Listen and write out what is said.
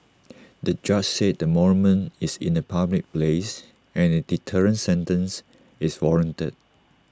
the judge said the monument is in A public place and A deterrent sentence is warranted